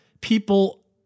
people